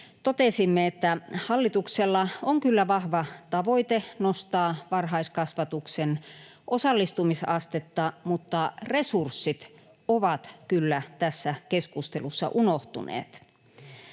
totesimme, että hallituksella on kyllä vahva tavoite nostaa varhaiskasvatuksen osallistumisastetta mutta resurssit ovat kyllä tässä keskustelussa unohtuneet.